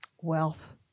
wealth